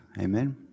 Amen